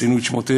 ציינו את שמותיהם,